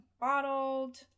bottled